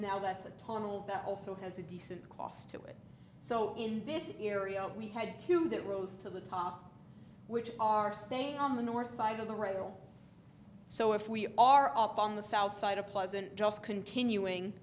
now that's a tunnel that also has a decent cost to it so in this area we had two that rose to the top which are staying on the north side of the rail so if we are up on the south side of pleasant just continuing